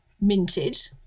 minted